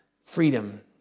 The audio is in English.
freedom